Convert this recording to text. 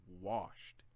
washed